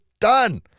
done